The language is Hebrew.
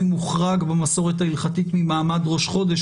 שמוחרג במסורת ההלכתית ממעמד ראש חודש,